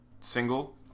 single